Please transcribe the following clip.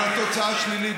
אבל התוצאה שלילית,